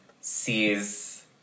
sees